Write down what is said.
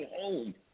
home